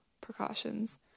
precautions